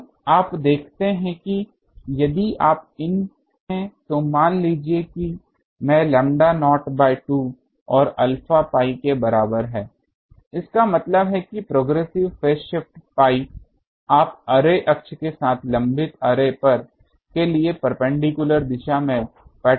अब आप देखते हैं कि यदि आप इन पर जाते हैं तो मान लीजिए कि मैं लैम्ब्डा नॉट बाय 2 और अल्फा pi के बराबर है इसका मतलब है कि प्रोग्रेसिव फेज शिफ्ट pi आप अर्रे अक्ष के साथ लंबित अर्रे के लिए परपेंडिकुलर दिशा में पैटर्न लेने के बजाय देखते हैं